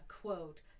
quote